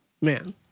Man